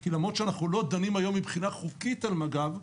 כי למרות שאנחנו לא דנים היום מבחינה חוקית על מג"ב,